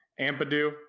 Ampadu